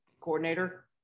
coordinator